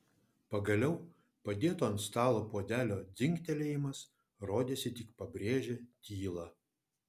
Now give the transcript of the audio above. pagaliau padėto ant stalo puodelio dzingtelėjimas rodėsi tik pabrėžė tylą